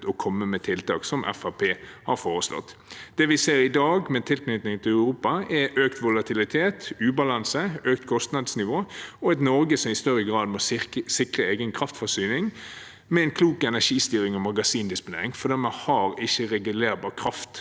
å komme med tiltak, som Fremskrittspartiet har foreslått. Det vi ser i dag med tilknytningen til Europa, er økt volatilitet, økt ubalanse, økt kostnadsnivå og et Norge som i større grad må sikre egen kraftforsyning med en klok energistyring og magasindisponering, for vi har